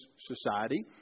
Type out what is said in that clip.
society